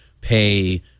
pay